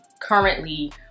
currently